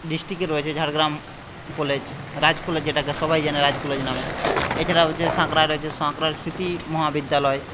ডিস্ট্রিক্টে রয়েছে Jhargram college Raj college যেটাকে সবাই জানে রাজ কলেজ নামে এছাড়াও যে সাঁকড়ায় রয়েছে সাঁকড়া স্মৃতি মহাবিদ্যালয়